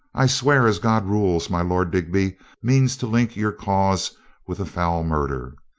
i swear as god rules, my lord digby means to link your cause with a foul murder.